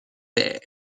vers